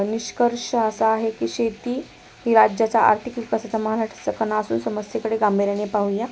निष्कर्ष असा आहे की शेती ही राज्याच्या आर्थिक विकासाचा महाराष्ट्राचा कणा असून समस्यकडे गांभीर्याने पाहूया